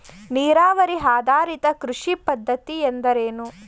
ನೀರಾವರಿ ಆಧಾರಿತ ಕೃಷಿ ಪದ್ಧತಿ ಎಂದರೇನು?